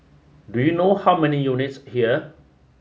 do you know how many units here